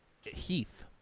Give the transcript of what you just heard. heath